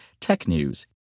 TECHNEWS